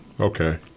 Okay